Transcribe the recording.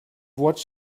watched